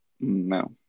No